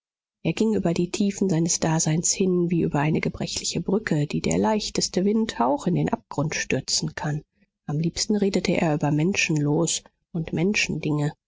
er ging über die tiefen seines daseins hin wie über eine gebrechliche brücke die der leichteste windhauch in den abgrund stürzen kann am liebsten redete er über menschenlos und